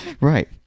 Right